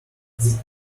this